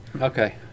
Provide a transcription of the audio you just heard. Okay